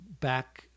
back